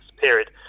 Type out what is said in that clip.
period